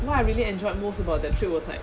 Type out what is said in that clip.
what I really enjoyed most about that trip was like